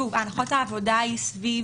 הנחת העבודה היא סביב